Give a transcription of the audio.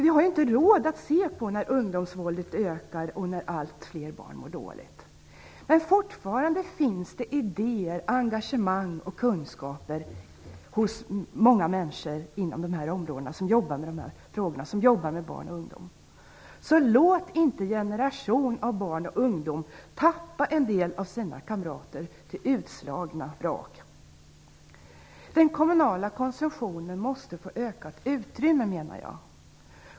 Vi har inte råd att bara se på när ungdomsvåldet ökar och allt fler barn mår dåligt. Men fortfarande finns det idéer, engagemang och kunskaper hos många människor som jobbar med barn och ungdom på det här området. Låt inte en generation av barn och ungdomar få se många av sina kamrater bli utslagna vrak. Jag menar att den kommunala konsumtionen måste få ökat utrymme.